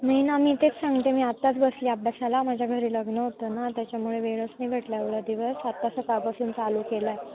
नाही ना मी तेच सांगते मी आत्ताच बसली अभ्यासाला माझ्या घरी लग्न होतं ना त्याच्यामुळे वेळच नाही भेटला एवढा दिवस आत्ता सकाळपासून चालू केला आहे